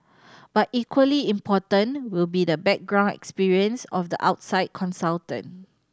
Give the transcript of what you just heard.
but equally important will be the background experience of the outside consultant